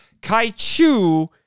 Kaiju